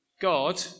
God